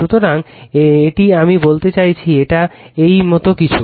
সুতরাং একটি আমি বলতে চাইছি এটা এই মত কিছু